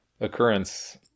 occurrence